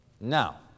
Now